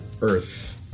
Earth